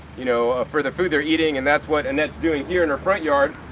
you know, for the food they're eating. and that's what annette's doing here in her front yard.